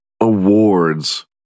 awards